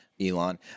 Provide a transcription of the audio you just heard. Elon